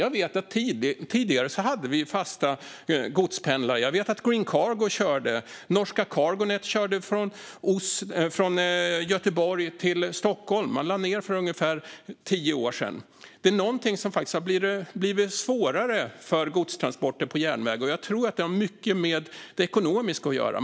Jag vet att vi tidigare hade fasta godspendlar. Jag vet att Green Cargo körde. Norska Cargonet körde från Göteborg till Stockholm; man lade ned för ungefär tio år sedan. Det är någonting som faktiskt har blivit svårare för godstransporter på järnväg, och jag tror att det har mycket med det ekonomiska att göra.